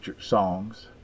songs